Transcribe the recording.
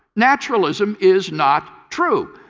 naturalism is not true.